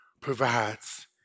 provides